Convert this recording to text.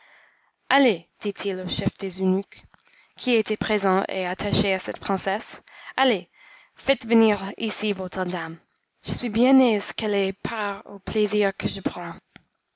allez dit-il au chef des eunuques qui était présent et attaché à cette princesse allez faites venir ici votre dame je suis bien aise qu'elle ait part au plaisir que je prends